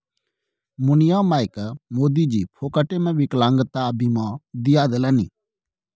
मुनिया मायकेँ मोदीजी फोकटेमे विकलांगता बीमा दिआ देलनि